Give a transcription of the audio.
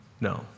No